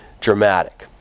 dramatic